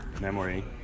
memory